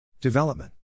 Development